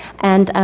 and,